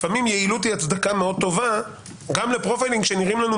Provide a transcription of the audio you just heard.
לפעמים יעילות היא הצדקה מאד טובה גם